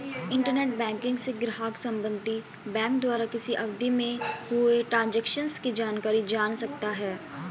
internet banking से ग्राहक संबंधित बैंक द्वारा किसी अवधि में हुए ट्रांजेक्शन की जानकारी जान सकता है